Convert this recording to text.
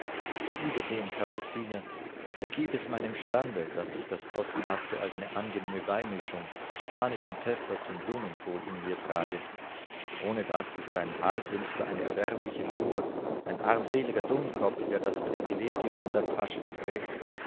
rechte überdem kapuziner vergib es meinem stande daß ich das possenhafte als eine angenehme beimischung spanischen pfeffer zum blumenkohl in mir trage ohne das ist ein haarkünstler eine erbärmliche figur ein armseliger dummkopf der das privilegium in der tasche trägt